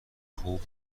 خوب